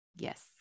yes